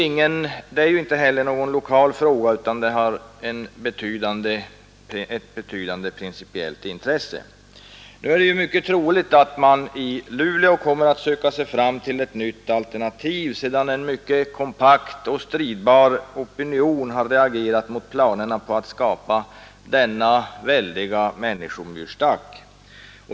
Detta är inte heller en lokal fråga, utan det har ett betydande principiellt intresse. Nu är det mycket troligt att man i Luleå kommer att söka sig fram till ett nytt alternativ, sedan en kompakt och stridbar opinion har reagerat mot planerna på att skapa denna väldiga människomyrstack.